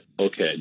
okay